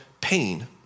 pain